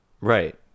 Right